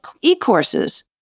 e-courses